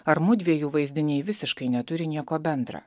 ar mudviejų vaizdiniai visiškai neturi nieko bendra